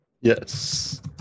Yes